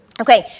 Okay